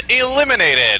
eliminated